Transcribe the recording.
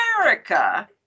America